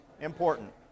important